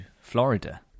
Florida